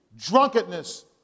Drunkenness